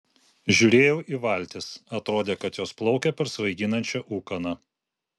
žiūrėjau į valtis atrodė kad jos plaukia per svaiginančią ūkaną